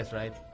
right